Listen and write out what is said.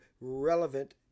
relevant